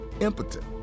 impotent